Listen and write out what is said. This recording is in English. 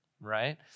right